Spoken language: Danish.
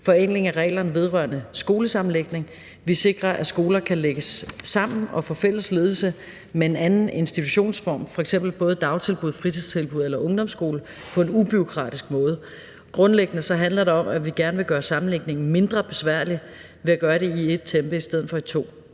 forenkling af reglerne vedrørende skolesammenlægning. Vi sikrer, at skoler kan lægges sammen og få fælles ledelse med en anden institutionsform, f.eks. dagtilbud, fritidstilbud og ungdomsskole, på en ubureaukratisk måde. Det handler grundlæggende om, at vi gerne vil gøre sammenlægningen mindre besværlig ved at gøre det i en omgang i stedet for i